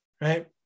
Right